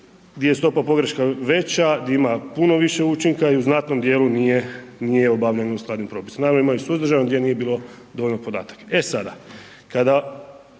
gdje je stopa pogreška veća, gdje ima puno više učinka i u znatnom dijelu nije obavljeno u skladu sa propisima. Naravno ima i suzdržano gdje nije bilo dovoljno podataka. E sada, kada